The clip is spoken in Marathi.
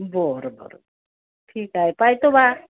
बरं बरं ठीक आहे पाहतो बा